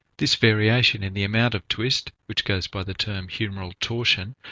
this variation in the amount of twist, which goes by the term humeral torsion,